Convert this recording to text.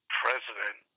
president